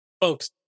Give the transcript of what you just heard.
folks